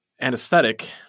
anesthetic